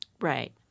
Right